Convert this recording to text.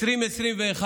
ב-2021